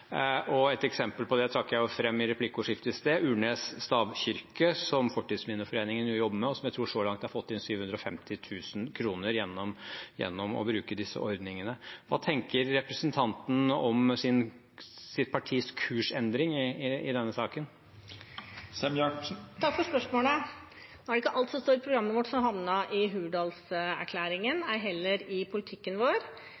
Et eksempel på det trakk jeg fram i replikkordskiftet i sted: Urnes stavkirke, som Fortidsminneforeningen jobber med, og som jeg tror så langt har fått inn 750 000 kr gjennom å bruke disse ordningene. Hva tenker representanten Sem-Jacobsen om sitt partis kursendring i denne saken? Takk for spørsmålet. Det er ikke alt som står i programmet vårt som har havnet i